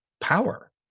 power